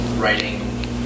writing